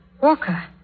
Walker